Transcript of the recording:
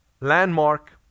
landmark